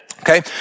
okay